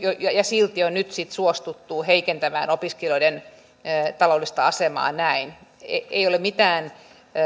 ja silti on nyt sitten suostuttu heikentämään opiskelijoiden taloudellista asemaa näin ei ole mitään